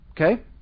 okay